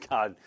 God